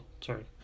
sorry